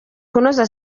kunoza